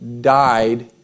died